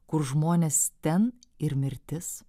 kur žmonės ten ir mirtis